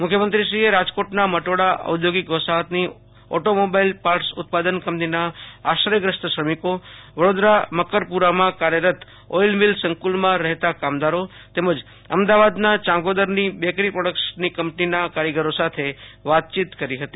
મુખ્યમંત્રીશ્રીએ રાજકોટના મટોડા ઔદ્યોગિક વસાહતની ઓટોમોબાઈલ પાર્ટસ ઉત્પાદન કંપનીના આશ્રયગ્રસ્ત શ્રમિકો વડોદરા મકરપુરામાં કાર્યરત ઓઈલ મિલ સંકુલમાં રહેતા કામદારો તેમજ અમદાવાદના ચાંગોદરની બેકરી પ્રોડકટસ કંપનીના કારીગરો સાથે વાતચીત કરી હતી